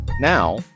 Now